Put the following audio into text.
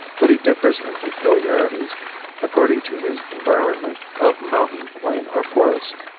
but he differs in peculiarities according to his environment of mountain, plain or forest.